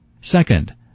Second